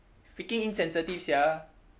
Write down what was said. freaking insensitive sia